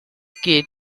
kid